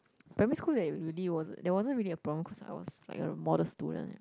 primary school there really wasn't there wasn't really a problem cause I was like a model student